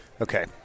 Okay